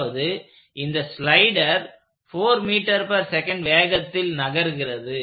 அதாவது இந்த slider 4 ms வேகத்தில் நகர்கிறது